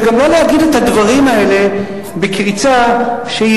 וגם לא להגיד את הדברים האלה בקריצה שהיא